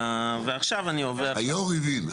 ועכשיו אני עובר --- יושב הראש הבין.